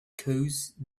caused